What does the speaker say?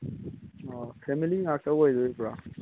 ꯑꯣ ꯐꯦꯃꯂꯤ ꯉꯥꯛꯇ ꯑꯣꯏꯗꯣꯔꯤꯕ꯭ꯔꯣ